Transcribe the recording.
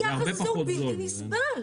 היחס הוא בלתי נסבל.